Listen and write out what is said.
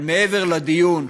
אבל מעבר לדיון,